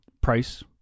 price